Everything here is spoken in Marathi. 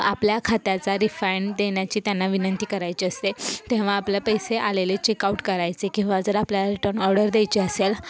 आपल्या खात्याचा रिफाईंड देण्याची त्यांना विनंती करायची असते तेव्हा आपलं पैसे आलेले चेकआउट करायचे किंवा जर आपल्याला रिटर्न ऑर्डर द्यायचे असेल